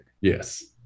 Yes